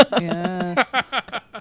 Yes